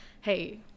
hey